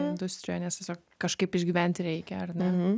industrijoj nes tiesiog kažkaip išgyventi reikia ar ne